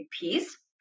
piece